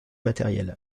matériel